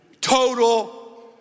Total